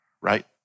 right